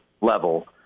level